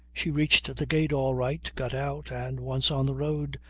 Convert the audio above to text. she reached the gate all right, got out, and, once on the road,